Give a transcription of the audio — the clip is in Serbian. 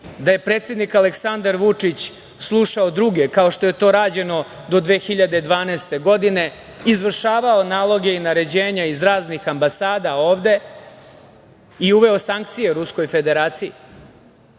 da je predsednik, Aleksandar Vučić, slušao druge, kao što je to rađeno do 2012. godine, izvršavao naloge i naređenja iz raznih ambasada ovde i uveo sankcije Ruskoj Federaciji.